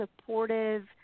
supportive